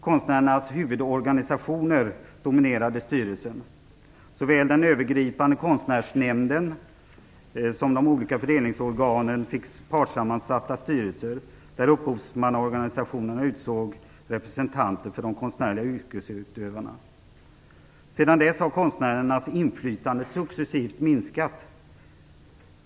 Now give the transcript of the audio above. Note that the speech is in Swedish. Konstnärernas huvudorganisationer dominerade i styrelsen. Såväl den övergripande konstnärsnämnden som de olika föreningsorganen fick partssammansatta styrelser, där upphovsmannaorganisationerna utsåg representanter för de konstnärliga yrkesutövarna. Sedan dess har konstnärernas inflytande successivt minskat.